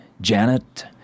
Janet